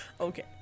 okay